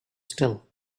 still